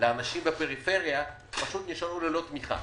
לאנשים בפריפריה נשארו ללא תמיכה.